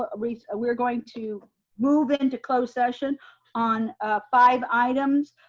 ah we're we're going to move into closed session on five items,